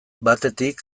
batetik